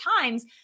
times